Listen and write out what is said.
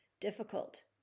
difficult